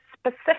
specific